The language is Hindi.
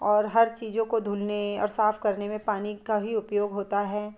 और हर चीज़ों को धुलने और साफ़ करने में पानी का ही उपयोग होता है